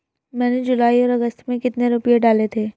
मैंने जुलाई और अगस्त में कितने रुपये डाले थे?